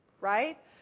Right